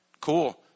cool